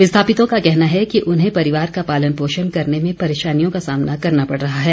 विस्थापितों का कहना है कि उन्हें परिवार का पालन पोषण करने में परेशानियों का सामना करना पड़ रहा है